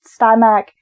Stymac